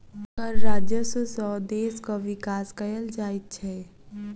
कर राजस्व सॅ देशक विकास कयल जाइत छै